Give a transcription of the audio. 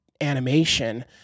animation